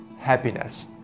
happiness